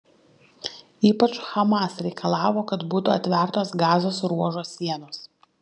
ypač hamas reikalavo kad būtų atvertos gazos ruožo sienos